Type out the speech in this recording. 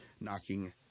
knocking